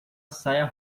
saia